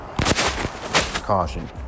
Caution